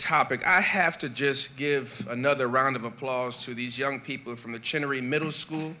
topic i have to just give another round of applause to these young people from a chinnery middle school